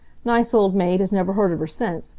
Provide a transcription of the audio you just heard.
nice old maid has never heard of her since,